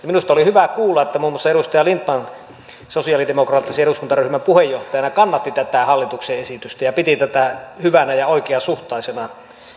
minusta oli hyvä kuulla että muun muassa edustaja lindtman sosialidemokraattisen eduskuntaryhmän puheenjohtajana kannatti tätä hallituksen esitystä ja piti tätä hyvänä ja oikeasuhtaisena